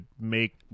make